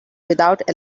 without